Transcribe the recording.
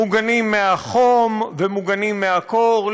מוגנים מהחום ומוגנים מהקור,